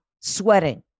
sweating